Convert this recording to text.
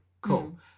Cool